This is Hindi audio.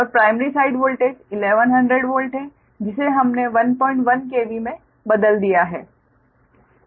और प्राइमरी साइड वोल्टेज 1100 वोल्ट है जिसे हमने 11 KV में बदल दिया है